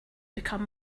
become